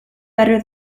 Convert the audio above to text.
better